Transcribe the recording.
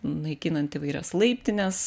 naikinant įvairias laiptines